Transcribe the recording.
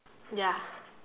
ya